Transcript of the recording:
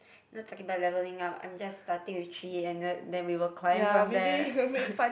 not talking about leveling up I'm just starting with three and then then we will climb from there